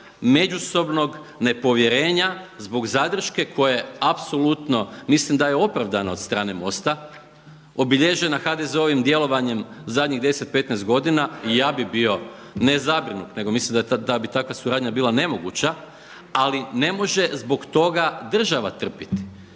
međusobnog nepovjerenja, zbog zadrške koje apsolutno mislim da je opravdano od strane MOST-a obilježena HDZ-ovim djelovanjem zadnjih 10, 15 godina i ja bi bio, ne zabrinut nego mislim da bi takva suradnja bila nemoguće. Ali ne može zbog toga država trpiti,